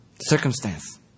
Circumstance